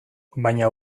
baina